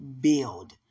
Build